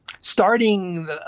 starting